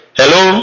hello